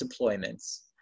deployments